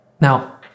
Now